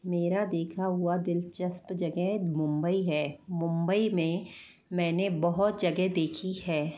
मेरा देखा हुआ दिलचस्प जगह मुंबई है मुंबई में मैंने बहुत जगह देखी है